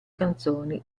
canzoni